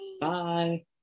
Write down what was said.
bye